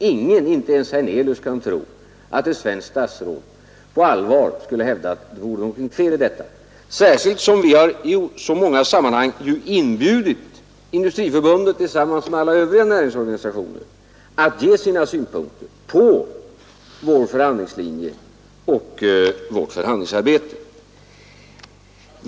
Ingen — inte ens herr Hernelius — kan tro att ett svenskt statsråd på allvar skulle vilja hävda att det vore något fel i detta, särskilt som vi så många gånger inbjudit Industriförbundet, tillsammans med alla övriga näringsorganisationer, att ge sina synpunkter på vår förhandlingslinje och vårt förhandlingsarbete.